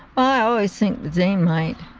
oh, i think zane might.